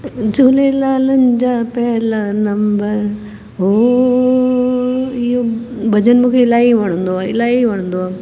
झूलेलाल मुंहिंजा पहिला नम्बर हो इहो भॼन मूंखे इलाही वणंदो आहे इलाही वणंदो आहे